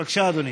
בבקשה, אדוני.